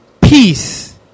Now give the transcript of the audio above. peace